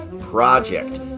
Project